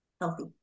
healthy